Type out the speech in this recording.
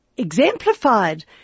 Exemplified